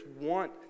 want